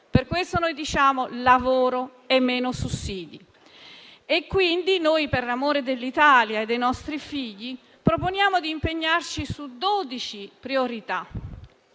Per questo noi diciamo: lavoro e meno sussidi. Per l'amore dell'Italia e dei nostri figli, proponiamo di impegnarci su dodici priorità.